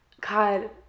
God